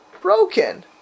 broken